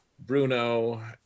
bruno